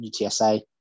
UTSA